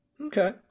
okay